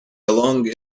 along